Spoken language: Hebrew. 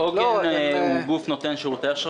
אנחנו לא גוף פילנתרופי.